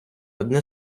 одне